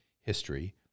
history